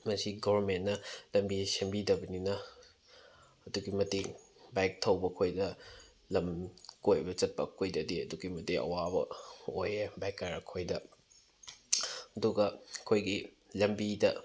ꯃꯁꯤ ꯒꯚꯔꯟꯃꯦꯟꯅ ꯂꯝꯕꯤꯁꯤ ꯁꯦꯝꯕꯤꯗꯕꯅꯤꯅ ꯑꯗꯨꯛꯀꯤ ꯃꯇꯤꯛ ꯕꯥꯏꯛ ꯊꯧꯕ ꯑꯩꯈꯣꯏꯗ ꯂꯝ ꯀꯣꯏꯕ ꯆꯠꯄ ꯑꯩꯈꯣꯏꯗꯗꯤ ꯑꯗꯨꯛꯀꯤ ꯃꯇꯤꯛ ꯑꯋꯥꯕ ꯑꯣꯏꯌꯦ ꯕꯥꯏꯛꯀꯔ ꯑꯩꯈꯣꯏꯗ ꯑꯗꯨꯒ ꯑꯩꯈꯣꯏꯒꯤ ꯂꯝꯕꯤꯗ